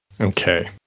Okay